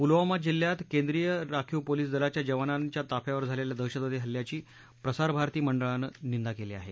पुलवामा जिल्ह्यात केंद्रीय राखीव पोलिस दलाच्या जवानांच्या ताफ्यावर झालेल्या दहशतवादी हल्ल्याची प्रसार भारती मंडळानं नींदा केली आहे